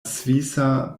svisa